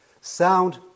Sound